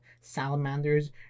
salamanders